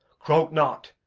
croak not,